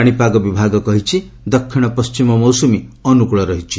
ପାଣିପାଗ ବିଭାଗ କହିଛି ଦକ୍ଷିଣ ପଣ୍ଟିମ ମୌସୁମୀ ଅନୁକୁଳ ରହିଛି